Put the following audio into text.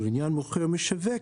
ולעניין מוכר או משווק,